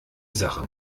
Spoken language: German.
sache